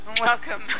Welcome